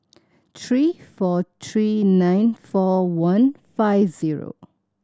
three four three nine four one five zero